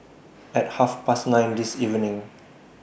At Half Past nine This evening